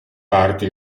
parti